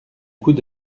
coûts